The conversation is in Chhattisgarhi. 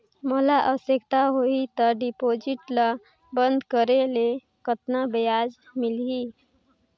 मोला आवश्यकता होही त डिपॉजिट ल बंद करे ले कतना ब्याज मिलही?